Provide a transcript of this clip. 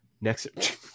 Next